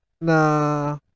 Na